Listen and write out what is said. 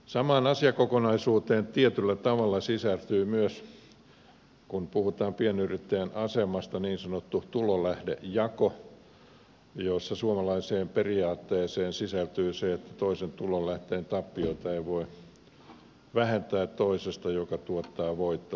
samaan asiakokonaisuuteen tietyllä tavalla sisältyy myös kun puhutaan pienyrittäjän asemasta niin sanottu tulolähdejako jossa suomalaiseen periaatteeseen sisältyy se että toisen tulonlähteen tappioita ei voi vähentää toisesta joka tuottaa voittoa